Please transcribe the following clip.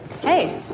Hey